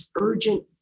urgent